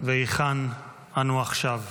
והיכן אנו עכשיו.